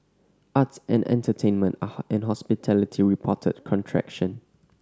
arts and entertainment and hospitality reported contraction